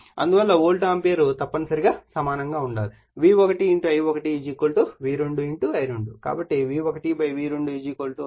అందువల్ల volt ampere తప్పనిసరిగా సమానంగా ఉండాలిV1 I1 V2 I2 కాబట్టి V1 V2 I2 I1